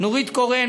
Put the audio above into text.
נורית קורן,